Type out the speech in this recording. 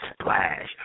splash